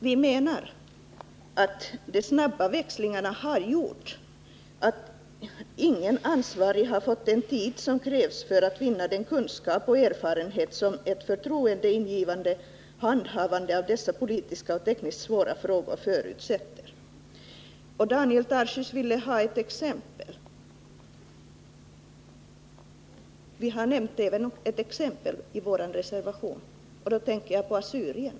Vi menar att de snabba växlingarna på statsrådsposten har gjort att ingen ansvarig fått den tid som krävs för att vinna den kunskap och erfarenhet som ett förtroendeingivande handhavande av dessa politiskt och tekniskt svåra frågor förutsätter. Daniel Tarschys efterlyste ett exempel. Vi har nämnt ett exempel i vår reservation — assyrierna.